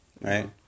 Right